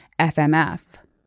FMF